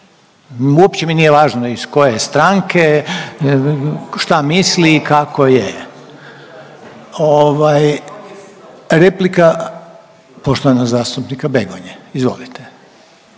uopće mi nije važno iz koje je stranke, šta misli i kako je. Ovaj replika poštovanog zastupnika Begonje, izvolite./….